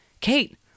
Kate